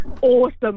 awesome